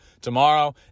tomorrow